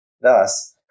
Thus